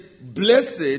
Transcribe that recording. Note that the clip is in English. Blessed